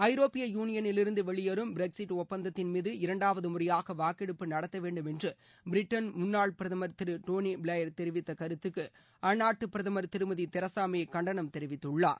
ஐரோப்பிய யூனியனிலிருந்து வெளியேறும் பிரக்ஸிட் ஒப்பந்தத்தின் மீது இரண்டாவது முறையாக வாக்கெடுப்பு நடத்த வேண்டும் என்று பிரிட்டன் முன்னாள் பிரதமர் திரு டோனி பிளேர் தெரிவித்த கருத்துக்கு அந்நாட்டு பிரதமர் திருமதி தெரசா மே கண்டனம் தெரிவித்துள்ளார்